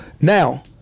Now